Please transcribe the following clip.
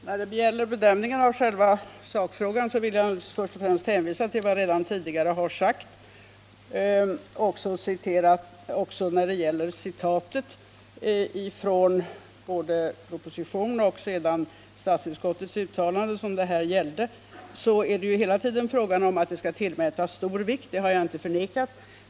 Herr talman! När det gäller bedömningen av själva sakfrågan vill jag först och främst hänvisa till vad jag redan tidigare har sagt. Också när det gäller citaten ur både propositionen och av statsutskottets uttalande är det hela tiden fråga om att detta skall tillmätas stor vikt, det har jag inte förnekat.